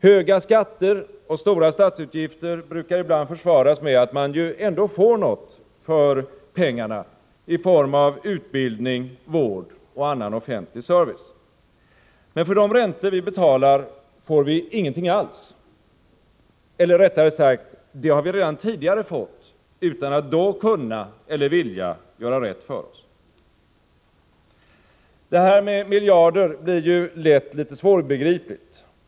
Höga skatter och stora statsutgifter brukar ibland försvaras med att man ju ändå får något för pengarna i form av utbildning, vård och annan offentlig service. Men för de räntor vi betalar får vi ingenting alls — eller rättare sagt, det har vi redan tidigare fått utan att då kunna eller vilja göra rätt för oss. Det här med miljarder blir ju lätt litet svårbegripligt.